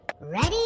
Ready